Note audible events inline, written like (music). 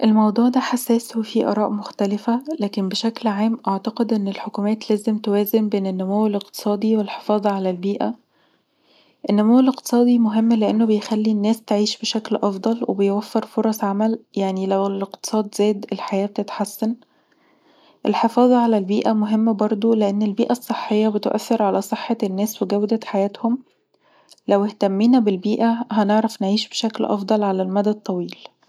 الموضوع ده حساس وفيه آراء مختلفه لكن بشكل عام اعتقد الحكومات لازم توازن بسن النمو الاقتصادي والحفاظ علي البيئه، النمو الأقتصادي لأنه بيخلي الناس تعيش بشكل أفضل وبيوفر فرص عمل يعني لو الأقتصاد زاد الحياة بتتحسن، الحفاظ علي البيئه مهم برضو لأن البيئه الصحية بتؤثر علي صحة الناس وجودة حياتهم (noise) لو اهتمينا بالبيئه هنعرف نعيش بشكل أفضل علي المدى الطويل